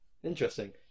Interesting